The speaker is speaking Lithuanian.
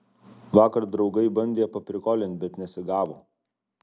vakar draugai bandė paprikolint bet nesigavo